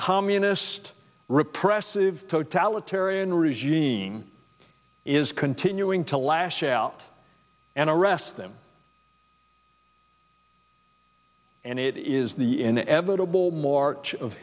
communist repressive totalitarian regime is continuing to lash out and arrest them and it is the inevitable march of